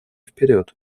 вперед